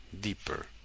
deeper